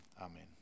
amen